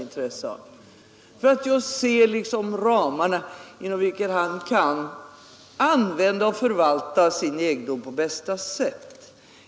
I planeringen kan han se ramarna för hur han kan använda och förvalta sin egendom på bästa sätt.